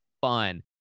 fun